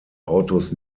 autos